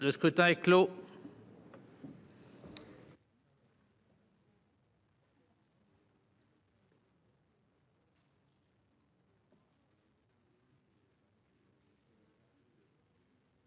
Le scrutin est clos.